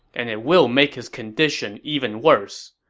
and it will make his condition even worse.